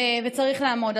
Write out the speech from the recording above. וצריך לעמוד.